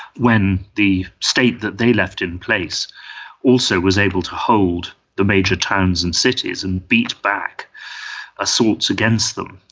when the state that they left in place also was able to hold the major towns and cities and beat back assaults against them.